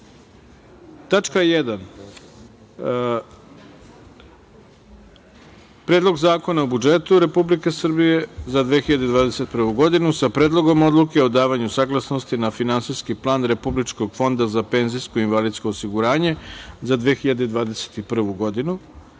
1. – Predlog zakona o budžetu Republike Srbije za 2021. godinu, sa Predlogom odluke o davanju saglasnosti na Finansijski plan Republičkog fonda za penzijsko invalidsko osiguranje za 2021. godinu,